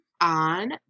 on